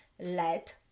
Let